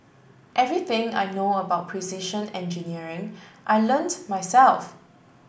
everything I know about precision engineering I learnt myself